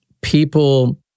people